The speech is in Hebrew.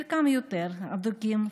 חלקם יותר הדוקים,